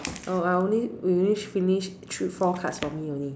oh I only we only finished thr~ four cards for me only